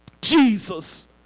Jesus